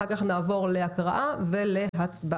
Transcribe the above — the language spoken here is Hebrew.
אחר כך נעבור להקראה ולהצבעה.